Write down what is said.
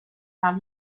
par